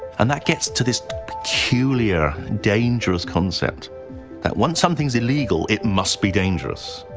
and that gets to this peculiar, dangerous concept that once something's illegal, it must be dangerous,